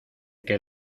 que